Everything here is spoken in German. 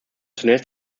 zunächst